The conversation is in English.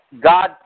God